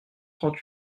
trente